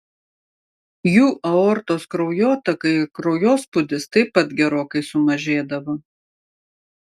jų aortos kraujotaka ir kraujospūdis taip pat gerokai sumažėdavo